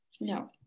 no